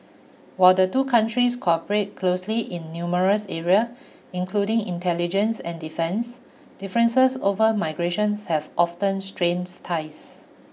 while the two countries cooperate closely in numerous area including intelligence and defense differences over migration have often strains ties